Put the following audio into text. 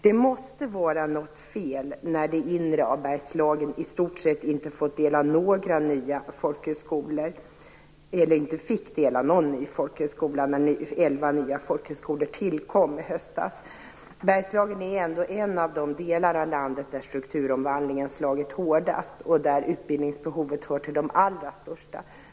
Det måste vara något fel eftersom det inre av Bergslagen inte fick del av någon ny folkhögskola när elva nya folkhögskolor tillkom i höstas. Bergslagen är ändå en av de delar av landet där strukturomvandlingen slagit hårdast, och utbildningsbehovet där hör till de allra största.